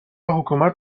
حکومت